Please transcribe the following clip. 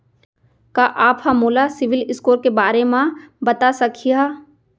का आप हा मोला सिविल स्कोर के बारे मा बता सकिहा?